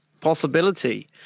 Possibility